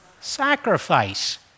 sacrifice